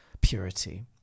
purity